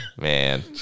man